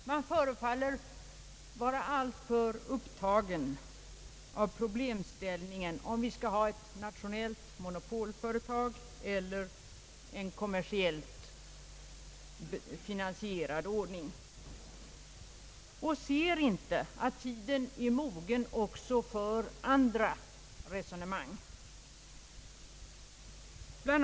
Man förefaller vara alltför upptagen av problemställningen om huruvida vi skall ha ett nationellt monopolföretag eller en kommersiellt finansierad ordning och ser inte att tiden är mogen också för andra resonemang. BLI.